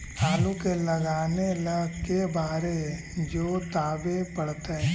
आलू के लगाने ल के बारे जोताबे पड़तै?